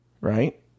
Right